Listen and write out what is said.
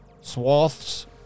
swaths